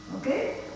Okay